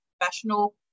professional